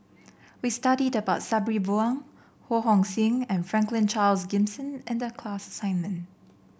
we studied about Sabri Buang Ho Hong Sing and Franklin Charles Gimson in the class assignment